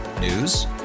News